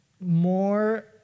More